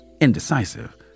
indecisive